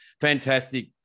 fantastic